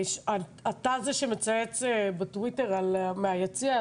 אתה זה שמצייץ בטוויטר מ"היציע",